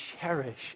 cherish